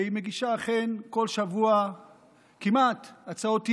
והיא מגישה, אכן, בכל שבוע כמעט הצעות אי-אמון,